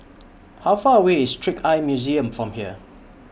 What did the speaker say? How Far away IS Trick Eye Museum from here